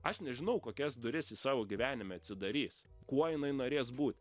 aš nežinau kokias duris ji savo gyvenime atsidarys kuo jinai norės būt